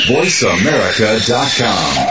VoiceAmerica.com